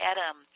Adam